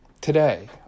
Today